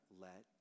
let